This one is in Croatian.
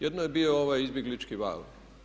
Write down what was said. Jedno je bio ovaj izbjeglički val.